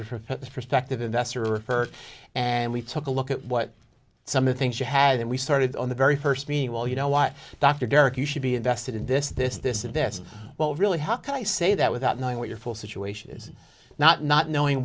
her and we took a look at what some of things you had and we started on the very first meanwhile you know what dr derrick you should be invested in this this this and this well really how can i say that without knowing what your full situation is not not knowing